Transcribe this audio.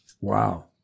Wow